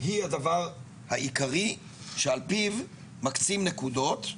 היא הדבר העיקרי שעל פיו מקצים נקודות.